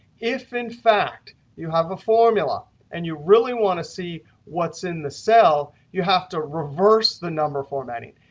if, in fact, you have a formula and you really want to see what's in the cell, you have to reverse the number formatting.